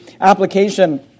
application